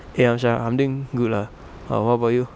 eh amshar I'm doing good lah how how about you